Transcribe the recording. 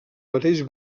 mateix